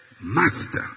master